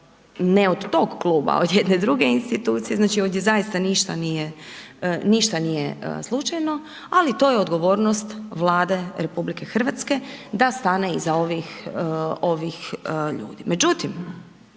ne od toga kluba, od jedne druge institucije, znači ovdje zaista ništa nije slučajno ali to je odgovornost Vlade RH da stane iza ovih ljudi.